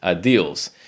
deals